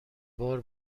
بار